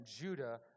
Judah